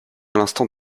l’instant